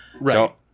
Right